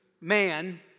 man